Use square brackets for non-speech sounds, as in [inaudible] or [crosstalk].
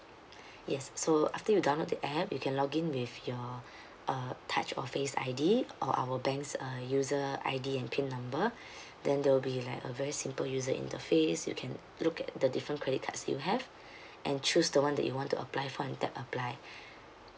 yes so after you download the app you can login with your [breath] uh touch or face ID or our banks uh user ID and pin number [breath] then they will be like a very simple user interface you can look at the different credit cards you have [breath] and choose the one that you want to apply for and tap apply